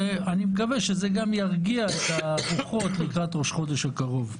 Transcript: ואני מקווה שזה גם ירגיע את הרוחות לקראת ראש החודש הקרוב.